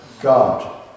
God